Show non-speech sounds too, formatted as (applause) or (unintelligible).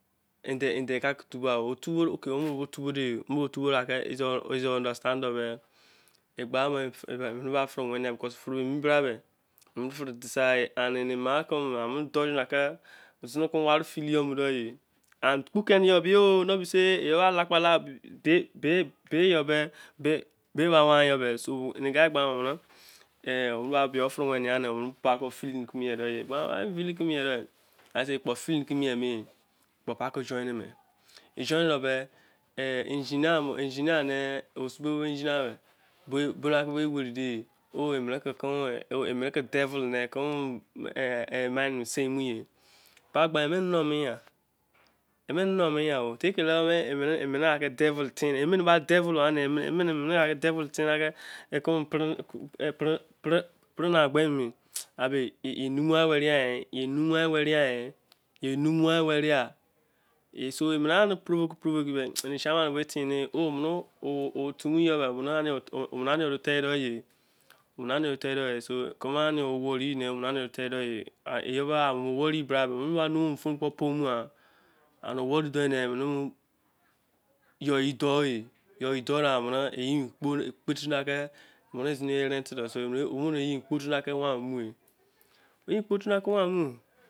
(unintelligible) ande ke fu- bi o furo ofabo ka- ke izon- undestand yoi-beh igbamo mene. misi-bra fle- frewene because fre emi- bra- me. e- mene fre ediseigha, na- ke zinibo ware filli yoi. kene- yo- be yoi be la- kpa la- oh. guy beh gba de omene bq ani yoi fre- wene,- ekpo fillin ke mien-me ekpo pa- ke joni- ne, engineer ne osi- be engineer mene ke devil ne mint seimo- e. kpa ke gba mene, mene numu- e take la. mene devil fein. emene ba devil, abe yenu mu-a- were, so. ani me mor prova-fiveb. chairman efeina omene ani yoi oteite- ye. so warri. mu- emene ba phone kpo pomu- a. ziniyor rent- i doh. ye park- ko mo